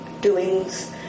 doings